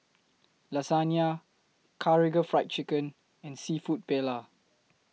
Lasagna Karaage Fried Chicken and Seafood Paella